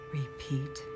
repeat